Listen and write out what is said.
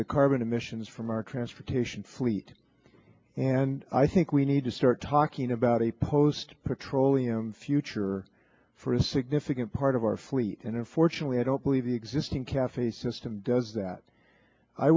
the carbon emissions from our transportation fleet and i think we need to start talking about a proposed petroleum future for a significant part of our fleet and unfortunately i don't believe the existing cafe system does that i